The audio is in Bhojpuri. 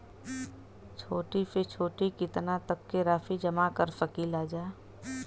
छोटी से छोटी कितना तक के राशि जमा कर सकीलाजा?